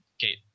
Kate